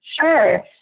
sure